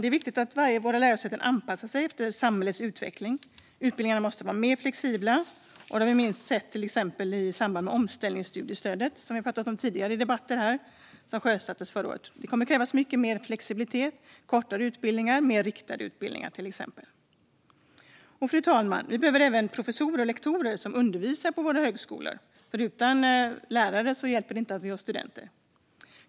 Det är viktigt att våra lärosäten anpassar sig efter samhällets utveckling. Utbildningarna måste vara mer flexibla. Detta har vi inte minst sett till exempel i samband med omställningsstudiestödet, som vi har pratat om i tidigare debatter här och som sjösattes förra året. Det kommer att krävas mycket mer flexibilitet liksom kortare och mer riktade utbildningar, till exempel. Fru talman! Vi behöver även professorer och lektorer som undervisar på våra högskolor, för utan lärare hjälper det inte att vi har studenter.